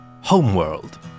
Homeworld